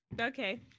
Okay